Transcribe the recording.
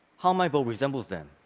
how my bow resembles them.